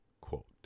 quote